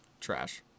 Trash